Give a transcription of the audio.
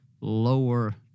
lower